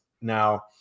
Now